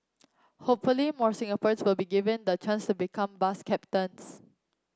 hopefully more Singaporeans will be given the chance become bus captains